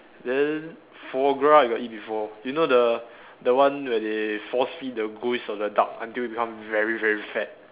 then foie-gras I got eat before you know the the one where they force feed the goose or the duck until it become very very fat